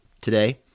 today